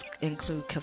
include